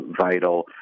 vital